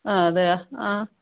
ആ അതെയാ ആ